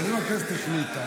אבל אם הכנסת החליטה.